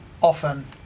often